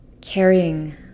carrying